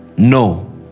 No